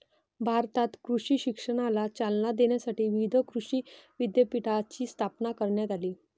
भारतात कृषी शिक्षणाला चालना देण्यासाठी विविध कृषी विद्यापीठांची स्थापना करण्यात आली